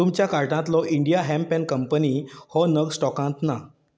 तुमच्या कार्टांतलो India hemp and company हो नग स्टॉकांत ना